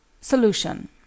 Solution